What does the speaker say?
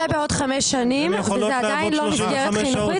בעוד חמש שנים וזה עדיין לא מסגרת חינוכית.